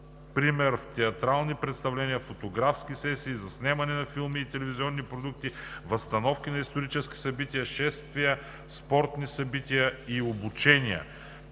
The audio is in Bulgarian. например в театрални представления, фотографски сесии, заснемане на филми и телевизионни продукции, възстановки на исторически събития, шествия, спортни събития и обучения.“